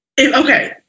okay